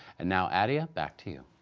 and now adia, back to you.